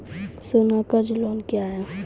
सोना कर्ज लोन क्या हैं?